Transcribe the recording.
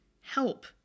help